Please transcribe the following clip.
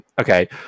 okay